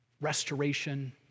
restoration